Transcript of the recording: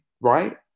right